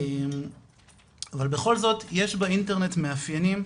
אבל בכל זאת, יש באינטרנט מאפיינים,